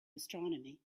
astronomy